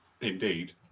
Indeed